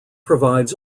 provides